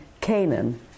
Canaan